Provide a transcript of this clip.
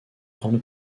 grande